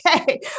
Okay